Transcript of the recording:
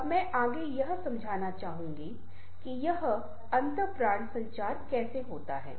अब मैं आगे यह समझाना चाहूंगा कि यह अंतःप्राण संचार कैसे होता है